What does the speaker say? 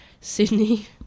Sydney